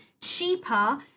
cheaper